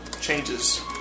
changes